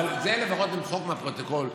אבל את זה לפחות למחוק מהפרוטוקול,